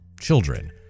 children